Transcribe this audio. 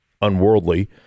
unworldly